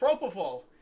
Propofol